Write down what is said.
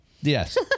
Yes